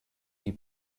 die